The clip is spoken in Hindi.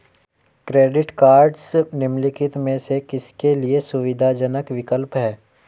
क्रेडिट कार्डस निम्नलिखित में से किसके लिए सुविधाजनक विकल्प हैं?